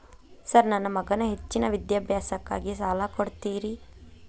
Sir ನನ್ನ ಮಗನ ಹೆಚ್ಚಿನ ವಿದ್ಯಾಭ್ಯಾಸಕ್ಕಾಗಿ ಸಾಲ ಕೊಡ್ತಿರಿ?